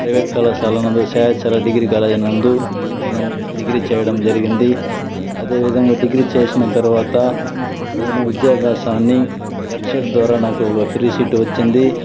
private కళాశాల నందు Seshachala degree కళాశాల నందు నేను డిగ్రీ చేయడం జరిగింది అదేవిధంగా డిగ్రీ చేసిన తరువాత నేను విద్యాభ్యాసాన్ని ఎడ్సెట్ ద్వారా నాకు ఫ్రీ సీటు వచ్చింది